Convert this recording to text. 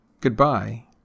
Goodbye